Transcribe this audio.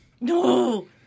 No